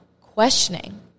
questioning